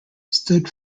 stood